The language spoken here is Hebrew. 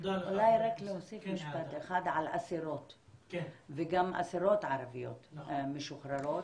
אולי רק להוסיף משפט אחד על אסירות וגם אסירות ערביות משוחררות,